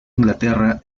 inglaterra